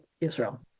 Israel